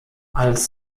als